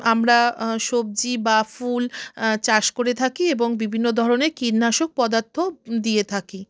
আমরা সবজি বা ফুল চাষ করে থাকি এবং বিভিন্ন ধরনের কীটনাশক পদার্থ দিয়ে থাকি